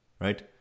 right